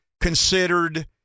considered